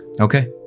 Okay